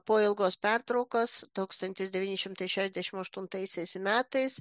po ilgos pertraukos tūkstantis devyni šimtai šešiasdešimt aštuntaisiais metais